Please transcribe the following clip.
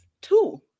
two